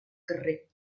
carrer